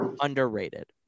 underrated